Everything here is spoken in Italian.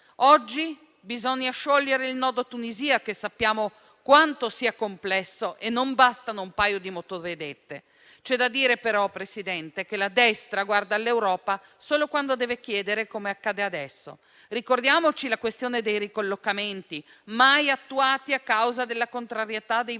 Oggi bisogna sciogliere il nodo Tunisia, che sappiamo quanto sia complesso e non bastano un paio di motovedette. C'è da dire però, Presidente, che la destra guarda all'Europa solo quando deve chiedere, come accade adesso. Ricordiamoci la questione dei ricollocamenti, mai attuati a causa della contrarietà dei vostri